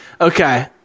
Okay